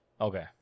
Okay